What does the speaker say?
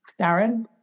Darren